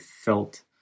felt